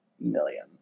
million